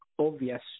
obvious